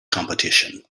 competition